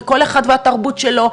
כל אחד והתרבות שלו,